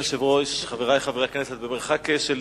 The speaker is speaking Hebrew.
לא